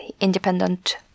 independent